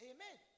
Amen